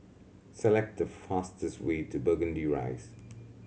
select the fastest way to Burgundy Rise